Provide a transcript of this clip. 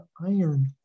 iron